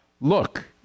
Look